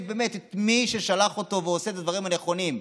באמת את מי ששלח אותו ועושה את הדברים הנכונים.